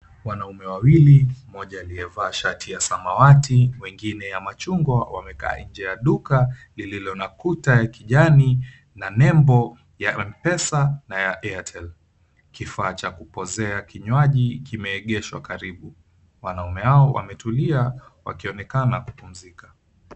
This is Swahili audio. Wanaume wawili, mmoja aliyevaa shati ya samawati mwengine ya machungwa, wamekaa nje ya duka lililo na kuta ya kijani na nembo ya M-pesa na ya Airtel. Kifaa cha kupozea kinywaji kimeegeshwa karibu. Wanaume hao wametulia wakionekana kupumzika.